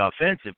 offensive